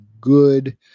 good